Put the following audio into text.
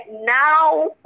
now